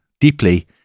deeply